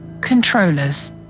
controllers